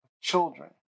children